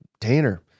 Tanner